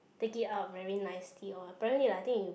take it out very nicely or apparently like I think you